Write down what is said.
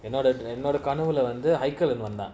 என்னோடகனவுலவந்துவந்தான்:ennoda kanavula vandhu vandhan